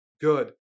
good